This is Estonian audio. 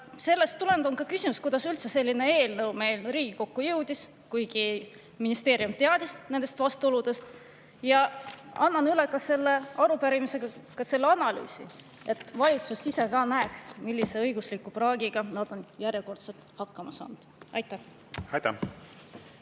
Sellest tulenevalt on küsimus, kuidas üldse selline eelnõu Riigikokku jõudis – ministeerium ju teadis nendest vastuoludest. Annan koos arupärimisega üle ka selle analüüsi, et valitsuski näeks, millise õigusliku praagiga nad on järjekordselt hakkama saanud. Aitäh!